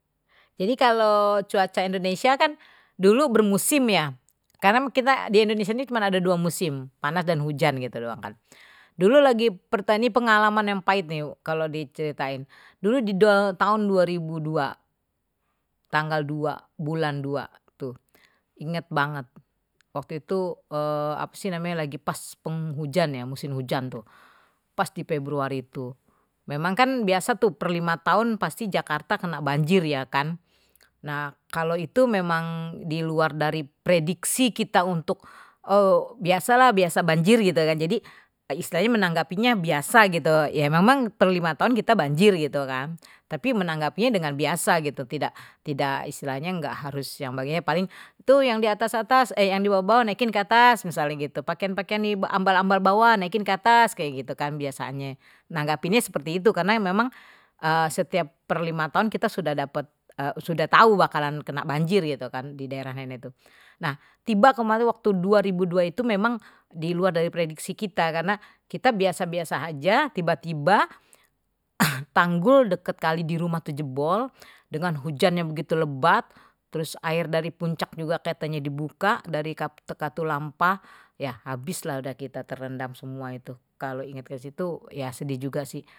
Jadi kalo cuaca indonesia kan dulu bermusim ya karena kita di indonesia ini cuma ada dua musim panas dan hujan gitu doang kan dulu lagi pengalaman yang pahit nih kalau diceritain dulu tahun dua ribu dua tanggal dua bulan dua tuh inget banget waktu itu apa sih namanya lagi pas penghujan ya musim hujan tuh pas di februari itu memang kan biasa tuh per lima tahun pasti jakarta kena banjir ya kan nah kalau itu memang di luar dari prediksi kita untuk biasalah biasa banjir gitu kan jadi istilahnye menanggapinya biasa gitu ya memang perlu lima tahun kita banjir gitu kan tapi menanggapinya dengan biasa gitu tidak tidak istilahnye enggak harus yang bagiannye paling tuh yang di atas-atas yang di bawah naikin ke atas misalnye gitu pakaian-pakaian ini ambal-ambal bawah naikin ke atas kayak gitu kan biasanye nanggepinnye ini seperti itu karena memang setiap per lima tahun kita sudah dapat sudah tahu bakalan kena banjir gitu kan di daerah nenek tuh nah tiba kemarin waktu dua ribu dua itu memang di luar dari prediksi kita karena kita biasa-biasa aja tiba-tiba tanggul dekat kali di rumah tuh jebol dengan hujan yang begitu lebat terus air dari puncak juga katanye dibuka dari katulampa ya habislah udah kita terendam semua itu kalau ingat ke situ ya sedih juga sih.